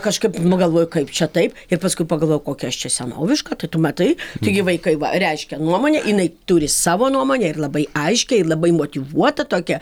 kažkaip nu galvoju kaip čia taip ir paskui pagalvoju kokia aš čia senoviška tai tu matai taigi vaikai va reiškia nuomonę jinai turi savo nuomonę ir labai aiškiai labai motyvuota tokia